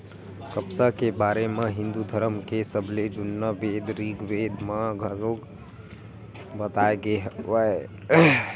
कपसा के बारे म हिंदू धरम के सबले जुन्ना बेद ऋगबेद म घलोक बताए गे हवय